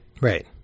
right